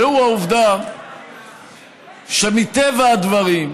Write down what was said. והוא העובדה שמטבע הדברים,